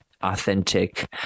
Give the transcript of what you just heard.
authentic